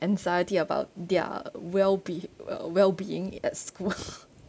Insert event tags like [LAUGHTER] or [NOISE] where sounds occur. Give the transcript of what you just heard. anxiety about their well be~ well well being at school [LAUGHS]